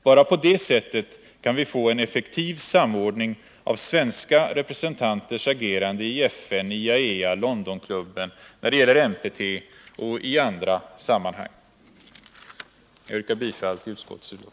Bara på det sättet kan vi få en effektiv samordning av svenska representanters agerande i FN, IAEA, Londonklubben, när det gäller NPT och i andra sammanhang. Jag yrkar bifall till utskottets hemställan.